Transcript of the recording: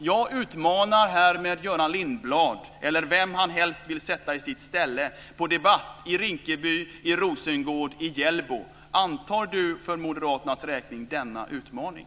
Jag utmanar härmed Göran Lindblad, eller vemhelst han vill sätta i sitt ställe, på debatt i Rinkeby, i Rosengård, i Hjällbo. Antar Göran Lindblad för Moderaternas räkning denna utmaning?